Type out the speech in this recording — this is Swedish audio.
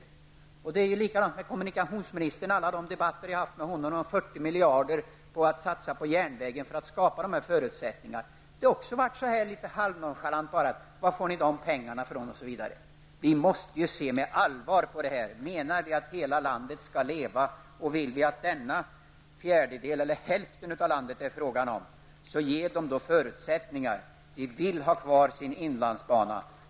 I alla de debatter jag har haft med kommunikationsministern om vårt förslag att satsa 40 miljarder på järnvägen för att skapa dessa förutsättningar har kommunikationsministern visat samma litet nonchalanta inställning och frågat var vi skall få de pengarna från. Vi måste ju se med allvar på denna fråga. Vill vi att hela landet skall leva, och vill vi att hälften av landet, som det här är fråga om, skall leva, så måste vi ge dem förutsättningar. De vill ha kvar sin inlandsbana.